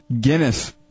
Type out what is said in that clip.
Guinness